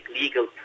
legal